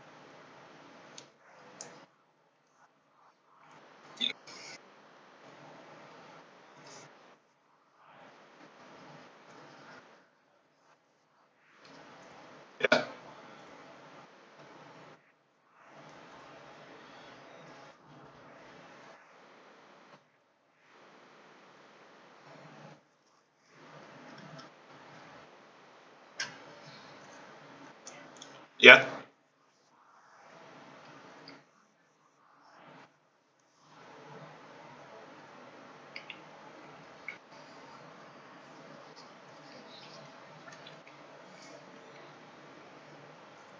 ya